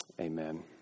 amen